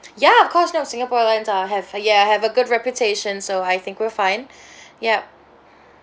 ya of course no Singapore Airlines are have a ya have a good reputation so I think we're fine ya